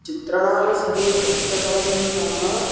चित्रणावसरे कष्टकरं नाम